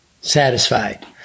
satisfied